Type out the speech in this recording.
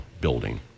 building